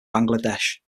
bangladesh